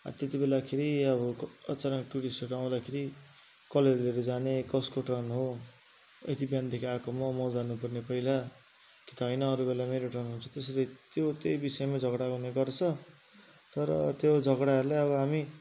त्यति बेलाखेरि अब अचानक टुरिस्टहरू आउँदाखेरि कसले लिएर जाने कसको टर्न हो यति बिहानदेखि आएको म म जानु पर्ने पहिला कि त होइन अरू बेला मेरो टर्न आउँछ त्यसरी त्यो त्यही विषयमा झगडा गर्ने गर्छ तर त्यो झगडाहरूले अब हामी